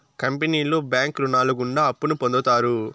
కంపెనీలో బ్యాంకు రుణాలు గుండా అప్పును పొందుతారు